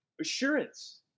assurance